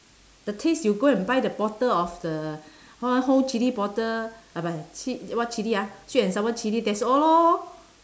the taste you go and buy the bottle of the uh whole chilli bottle buy chi~ what chilli ah sweet and sour chilli that's all lor